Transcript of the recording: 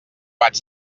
vaig